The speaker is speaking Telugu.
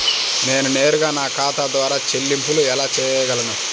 నేను నేరుగా నా ఖాతా ద్వారా చెల్లింపులు ఎలా చేయగలను?